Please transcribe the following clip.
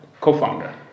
Co-founder